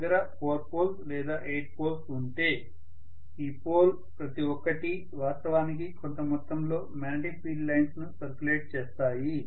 నా దగ్గర 4 పోల్స్ లేదా 8 పోల్స్ ఉంటే ఈ పోల్ ప్రతి ఒక్కటి వాస్తవానికి కొంత మొత్తంలో మ్యాగ్నెటిక్ ఫీల్డ్ లైన్స్ ను సర్క్యులేట్ చేస్తాయి